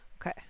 Okay